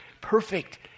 perfect